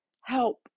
help